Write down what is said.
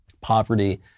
poverty